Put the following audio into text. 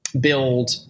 build